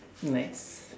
nice